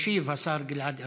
ישיב השר גלעד ארדן.